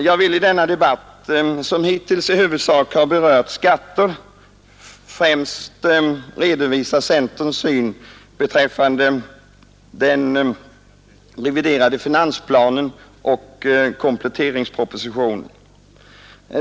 Jag vill i denna debatt, som hittills i huvudsak har berört skatter, främst redovisa centerns syn beträffande den reviderade finansplanen, synen på den ekonomiska politiken och kompletteringspropositionen.